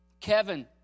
Kevin